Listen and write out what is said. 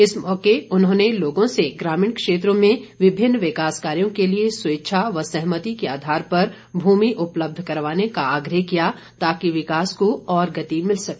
इस मौके उन्होंने लोगों से ग्रामीण क्षेत्रों में विभिन्न विकास कार्यो के लिए स्वेच्छा व सहमति के आधार पर भूमि उपलब्ध करवाने का आग्रह किया ताकि विकास को और गति मिल सके